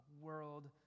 world